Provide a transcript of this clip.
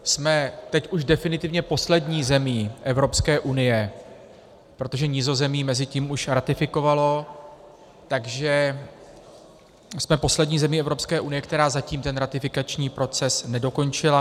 Jsme teď už definitivně poslední zemí Evropské unie, protože Nizozemí mezitím už ratifikovalo, takže jsme poslední zemí Evropské unie, která zatím ten ratifikační proces nedokončila.